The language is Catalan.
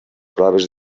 proves